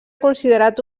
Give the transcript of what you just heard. considerat